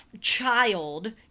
child